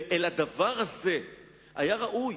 ואל הדבר הזה היה ראוי